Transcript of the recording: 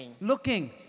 looking